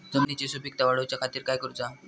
जमिनीची सुपीकता वाढवच्या खातीर काय करूचा?